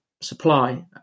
supply